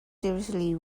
seriously